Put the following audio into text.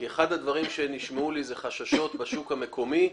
אחד הדברים שנשמעו היו חששות בשוק המקומי,